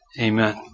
Amen